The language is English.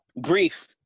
Grief